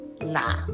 nah